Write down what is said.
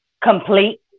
complete